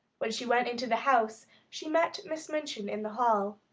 when she went into the house she met miss minchin in the hall.